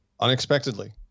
unexpectedly